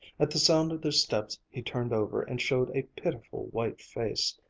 at the sound of their steps he turned over and showed a pitiful white face.